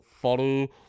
funny